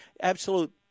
absolute